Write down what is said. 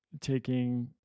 taking